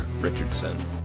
Richardson